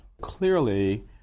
Clearly